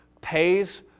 pays